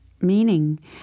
meaning